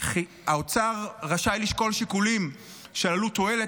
האוצר רשאי לשקול שיקולים של עלות תועלת,